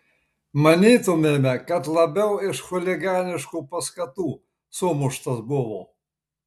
manytumėme kad labiau iš chuliganiškų paskatų sumuštas buvo